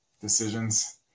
decisions